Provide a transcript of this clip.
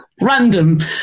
random